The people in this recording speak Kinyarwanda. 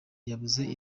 yabuze